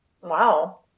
Wow